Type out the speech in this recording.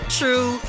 true